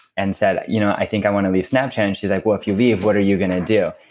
and said you know i think i want to leave snapchat. and she's like well, if you leave what are you going to do?